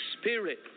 Spirit